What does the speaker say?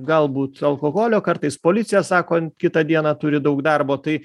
galbūt alkoholio kartais policija sako kitą dieną turi daug darbo tai